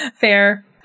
Fair